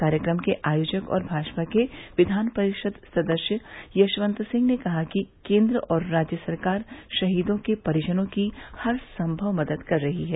कार्यक्रम के आयोजक और भाजपा के विधान परिषद सदस्य यशवंत सिंह ने कहा कि केन्द्र और राज्य सरकार शहीदों के परिजनों की हरसंभव मदद कर रही है